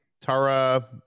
Tara